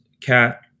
cat